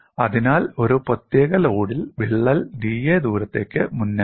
അതിനാൽ ഒരു പ്രത്യേക ലോഡിൽ വിള്ളൽ 'da' ദൂരത്തേക്ക് മുന്നേറുന്നു